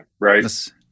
right